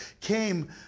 came